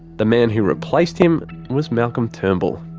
the man who replaced him was malcolm turnbull.